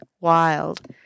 wild